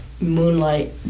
moonlight